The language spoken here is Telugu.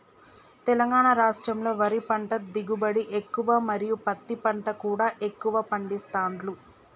తెలంగాణ రాష్టంలో వరి పంట దిగుబడి ఎక్కువ మరియు పత్తి పంట కూడా ఎక్కువ పండిస్తాండ్లు